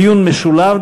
דיון משולב,